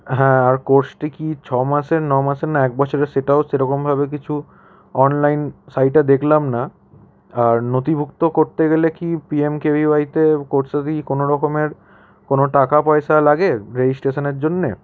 হ্যাঁ আর কোর্সটি কি ছ মাসের ন মাসের না এক বছরের সেটাও সেরকমভাবে কিছু অনলাইন সাইটে দেখলাম না আর নথিভুক্ত করতে গেলে কি P M K V Y তে কোর্সে কি কোনো রকমের কোনো টাকা পয়সা লাগে রেজিস্ট্রেশানের জন্যে